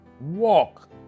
walk